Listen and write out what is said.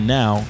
now